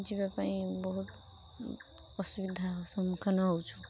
ଯିବା ପାଇଁ ବହୁତ ଅସୁବିଧା ସମ୍ମୁଖୀନ ହେଉଛୁ